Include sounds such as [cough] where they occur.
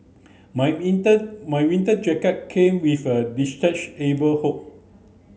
my winter my winter jacket came with a [unintelligible] hood